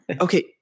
Okay